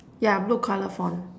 yeah blue colour font